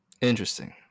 Interesting